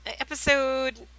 episode